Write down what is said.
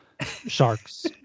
Sharks